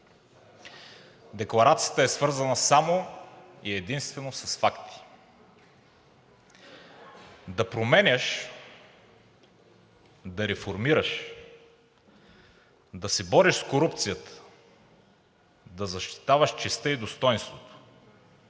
Декларацията е свързана само и единствено с факти. Да променяш, да реформираш, да се бориш с корупцията, да защитаваш честта и достойнството